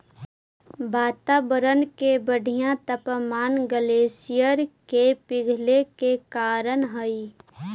वातावरण के बढ़ित तापमान ग्लेशियर के पिघले के कारण हई